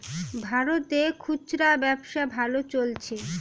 ভারতে খুচরা ব্যবসা ভালো চলছে